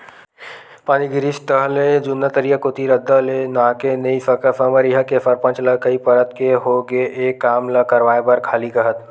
पानी गिरिस ताहले जुन्ना तरिया कोती रद्दा ले नाहके नइ सकस हमर इहां के सरपंच ल कई परत के होगे ए काम ल करवाय बर खाली काहत